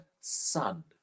son